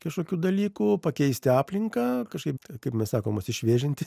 kažkokių dalykų pakeisti aplinką kažkaip kaip mes sakom atsišviežinti